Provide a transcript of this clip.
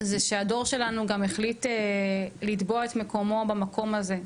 זה שהדור שלנו גם החליט לטבוע את מקומו במקום הזה.